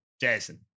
Jason